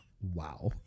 wow